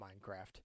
Minecraft